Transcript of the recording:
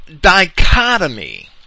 dichotomy